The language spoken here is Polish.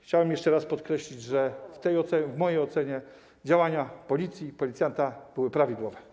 Chciałbym jeszcze raz podkreślić, że w mojej ocenie działania policji, policjanta były prawidłowe.